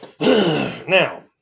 Now